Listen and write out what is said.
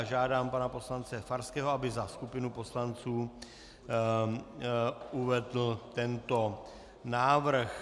Žádám pana poslance Farského, aby za skupinu poslanců uvedl tento návrh.